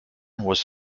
was